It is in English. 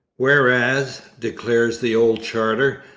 whereas, declares the old charter,